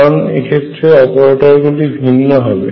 কারণ এক্ষেত্রে অপারেটর গুলি ভিন্ন হবে